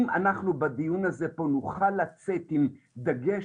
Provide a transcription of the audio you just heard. אם אנחנו בדיון הזה פה נוכל לצאת עם דגש